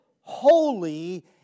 holy